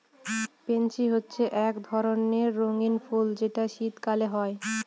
pansy হচ্ছে এক ধরণের রঙ্গীন ফুল যেটা শীতকালে হয়